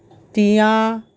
টিয়া